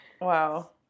Wow